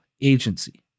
agency